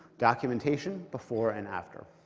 documentation before and after.